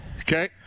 Okay